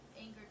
Anger